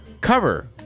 cover